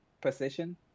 position